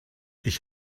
ich